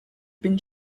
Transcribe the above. been